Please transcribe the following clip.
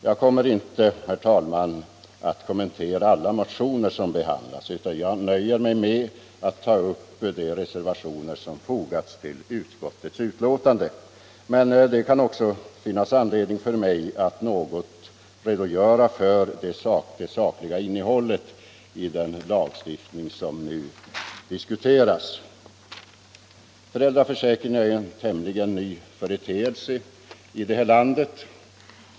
Jag kommer inte att kommentera alla dessa motioner, utan jag nöjer mig med att ta upp de reservationer som fogats till utskottets betänkande. Det kan dessutom finnas anledning för mig att något redogöra för det sakliga innehållet i den lagstiftning som nu diskuteras. Föräldraförsäkring är en ganska ny företeelse här i landet.